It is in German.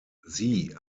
sie